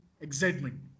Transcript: excitement